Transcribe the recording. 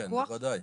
כן, בוודאי.